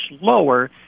lower